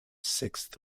sixth